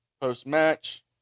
Post-match